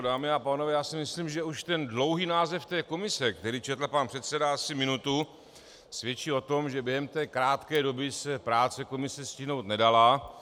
Dámy a pánové, myslím si, že už ten dlouhý název komise, který četl pan předseda asi minutu, svědčí o tom, že během té krátké doby se práce komise stihnout nedala.